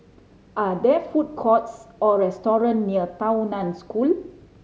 are there food courts or restaurant near Tao Nan School